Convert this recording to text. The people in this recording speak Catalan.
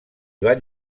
van